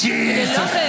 Jesus